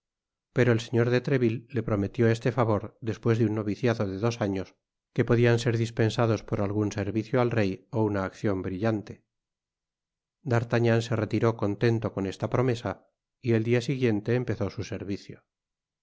pero el señor de treville le prometió este favor despues de un noviciado de dos años que podian ser dispensados por algun servicio al rey ó una accion brillante d'artagnan se retiró contento con esta promesa y el dia siguiente empezó su servicio